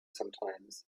sometimes